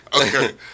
Okay